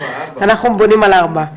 אנחנו בונים על ארבע.